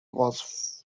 was